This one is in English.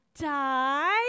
die